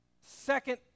second